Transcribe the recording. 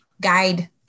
guide